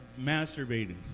masturbating